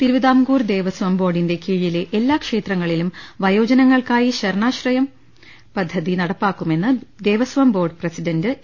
തിരുവിതാംകൂർ ദേവസ്വം ബോർഡിന്റെ കീഴിലെ എല്ലാ ക്ഷേ ത്രങ്ങളിലും വയോജനങ്ങൾക്കായി ശരണാശ്രയം പദ്ധതി നട പ്പാക്കുമെന്ന് ദേവസ്പം ബോർഡ് പ്രസിഡന്റ് എ